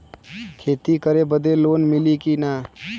खेती करे बदे लोन मिली कि ना?